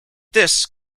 this